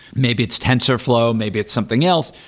maybe it's tensorflow, maybe it's something else,